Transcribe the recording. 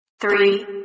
three